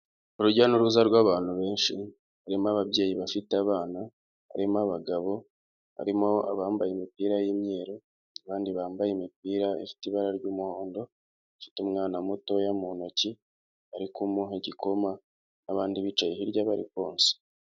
Urujya n'uruza rw'abantu benshi barimo ababyeyi bafite abana, barimo abagabo, barimo abambaye imipira y'imyeru abandi bambaye imipira ifite ibara ry'umuhondo, ufite umwana mutoya mu ntoki ari kumuha igikoma, abandi bicaye hirya bari konsa.